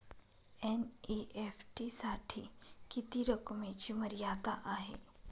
NEFT साठी किती रकमेची मर्यादा आहे?